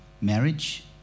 marriage